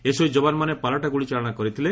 SOG ଯବାନମାନେ ପାଲଟା ଗୁଳି ଚାଳନା କରିଥିଲେ